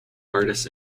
artists